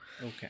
Okay